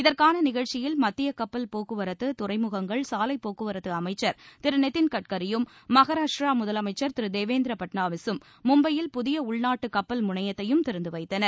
இதற்கான நிகழ்ச்சியில் மத்திய கப்பல் போக்குவரத்து துறைமுகங்கள் சாலைப்போக்குவரத்து அளமச்சர் திரு நிதின் கட்கரியும் மகாராஷ்டிர முதலமைச்சர் திரு தேவேந்திர பட்னவிஸும் மும்பையில் புதிய உள்நாட்டு கப்பல் முனையத்தையும் திறந்து வைத்தனர்